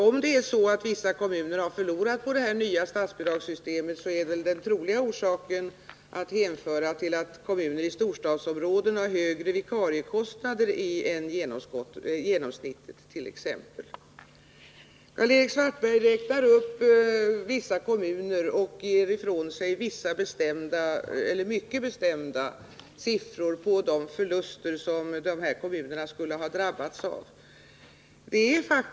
Om vissa kommuner har förlorat på det nya statsbidragssystemet, är väl den troliga orsaken att hänföra till att kommuner i storstadsområdena t.ex. har högre vikariekostnader än genomsnittet. Karl-Erik Svartberg räknar upp vissa kommuner och ger ifrån sig mycket bestämda siffror på de förluster som de skulle ha drabbats av.